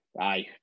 aye